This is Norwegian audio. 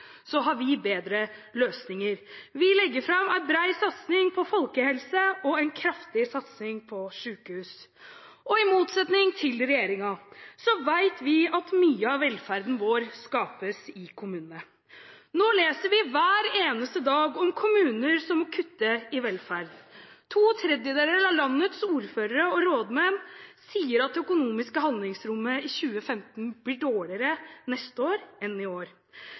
så har vi bedre løsninger. Vi legger fram en bred satsing på folkehelse og en kraftig satsing på sykehus. I motsetning til regjeringen vet vi at mye av velferden vår skapes i kommunene. Nå leser vi hver eneste dag om kommuner som kutter i velferd. To tredjedeler av landets ordførere og rådmenn sier at det økonomiske handlingsrommet i 2015 blir dårligere neste år enn i år.